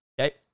Okay